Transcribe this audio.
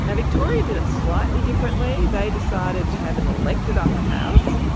and victoria did it slightly differently. they decided to have an elected upper house,